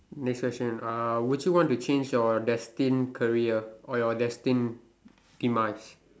next question uh would you want to change your destined career or your destined demise